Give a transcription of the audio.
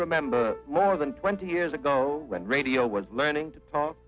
remember more than twenty years ago when radio was learning to talk